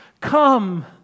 come